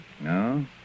No